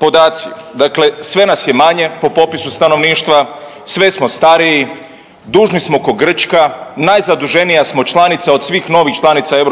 podaci, dakle sve nas je manje po popisu stanovništva, sve smo stariji, dužni smo ko Grčka, najzaduženija smo članica od svih novih članica EU,